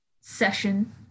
session